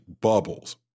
bubbles